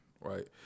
right